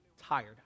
tired